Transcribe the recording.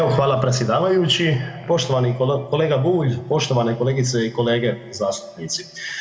Evo hvala predsjedavajući, poštovani kolega Bulj, poštovane kolegice i kolege zastupnici.